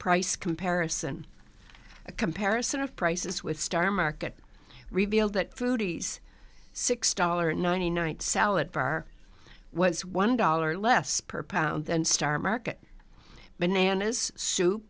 price comparison a comparison of prices with star market revealed that foodies six dollars ninety nine salad bar was one dollar less per pound and star market bananas soup